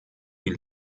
die